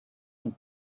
und